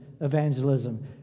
evangelism